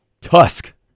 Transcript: Tusk